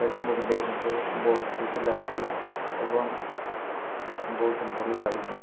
face book ଦେଖୁଛୁ ବହୁତ ଖୁସି ଲାଗୁଛେ ଏବଂ ବହୁତ ଭଲ ଲାଗୁଛେ